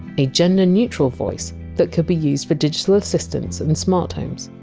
a gender-neutral voice that could be used for digital assistants and smart homes.